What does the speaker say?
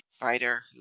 fighter